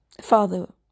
Father